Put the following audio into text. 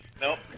Nope